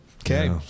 Okay